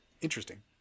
interesting